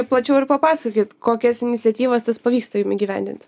plačiau ir papasakokit kokias iniciatyvas tas pavyksta jum įgyvendint